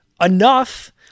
enough